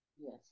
yes